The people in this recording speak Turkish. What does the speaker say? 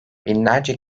binlerce